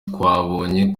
twabonye